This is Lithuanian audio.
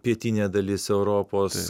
pietinė dalis europos